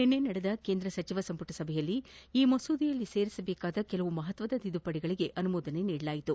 ನಿನ್ನೆ ನಡೆದ ಕೇಂದ್ರ ಸಚಿವ ಸಂಪುಟ ಸಭೆಯಲ್ಲಿ ಈ ಮಸೂದೆಯಲ್ಲಿ ಸೇರಿಸಬೇಕಾದ ಕೆಲವು ಮಹತ್ವದ ತಿದ್ದುಪಡಿಗಳಿಗೆ ಅನುಮೋದನೆ ನೀಡಲಾಯಿತು